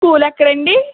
school ఎక్కడండి